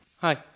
hi